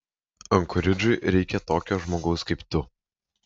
ankoridžui reikia tokio žmogaus kaip tu